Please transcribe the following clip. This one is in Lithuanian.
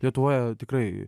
lietuvoje tikrai